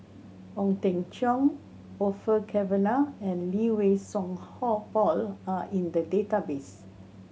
Ong Teng Cheong Orfeur Cavenagh and Lee Wei Song Hall Paul are in the database